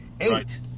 Eight